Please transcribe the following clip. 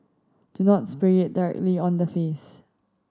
do not spray it directly on the face